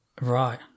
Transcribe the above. Right